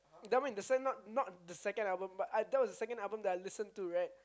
that one not the second album but that was the second album that I listened to right